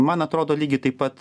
man atrodo lygiai taip pat